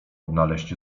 odnaleźć